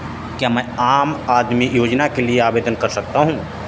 क्या मैं आम आदमी योजना के लिए आवेदन कर सकता हूँ?